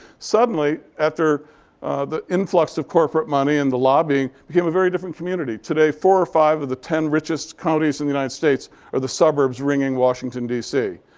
suddenly, after the influx of corporate money and the lobbying, became a very different community. today, four or five of the ten richest counties in the united states are the suburbs ringing washington, dc.